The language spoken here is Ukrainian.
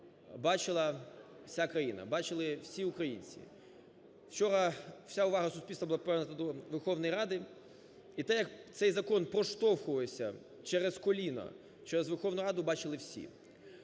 бачила вся країна, бачили всі українці. Вчора вся увага суспільства була привернута до Верховної Ради і те, як цей закон проштовхувався через коліно через Верховну Раду, бачили всі.